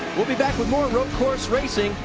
we'll be back with more road course racing,